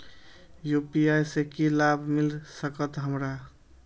UPI से की लाभ मिल सकत हमरा?